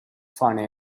funny